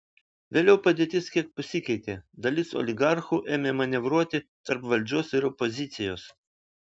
vėliau padėtis kiek pasikeitė dalis oligarchų ėmė manevruoti tarp valdžios ir opozicijos